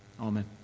Amen